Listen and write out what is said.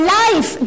life